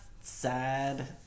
sad